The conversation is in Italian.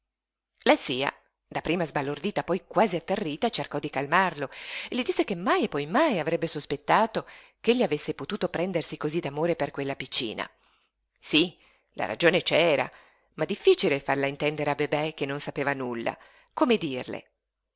la zia dapprima sbalordita poi quasi atterrita cercò di calmarlo gli disse che mai e poi mai non avrebbe sospettato ch'egli avesse potuto prendersi cosí d'amore per quella piccina sí la ragione c'era ma difficile farla intendere a bebè che non sapeva nulla come dirle